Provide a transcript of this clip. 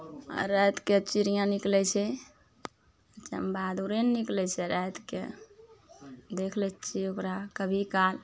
आओर रातिके चिड़ियाँ निकलय छै चमबहादुरे ने निकलय छै रातिके देख लै छियै ओकरा कभी काल